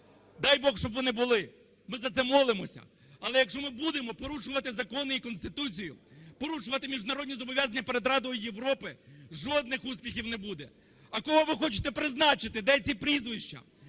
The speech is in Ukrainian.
Дай боже, щоб вони були, ми за це молимося. Але якщо ми будемо порушувати закони і Конституцію, порушувати міжнародні зобов'язання перед Радою Європи, жодних успіхів не буде. А кого ви хочете призначити, де ці прізвища?